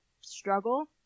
struggle